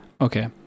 okay